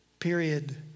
Period